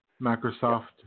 Microsoft